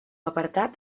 apartat